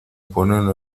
pone